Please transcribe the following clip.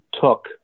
took